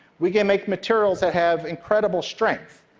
we can make materials that have incredible strength,